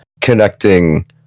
connecting